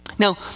Now